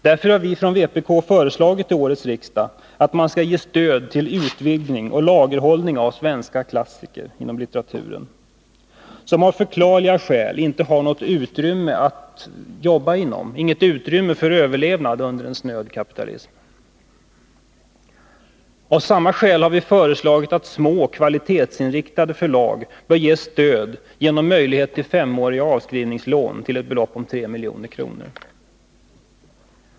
Därför har vi från vpk lagt fram förslag till årets riksdag om att staten skall ge stöd till lagerhållning av svenska klassiker inom litteraturen, som av förklarliga skäl inte har något utrymme att jobba inom, inget utrymme för överlevnad under en snöd kapitalism. Av samma skäl har vi föreslagit att små kvalitetsinriktade förlag skall ges stöd genom möjlighet till femåriga avskrivningslån till ett belopp om 3 milj.kr.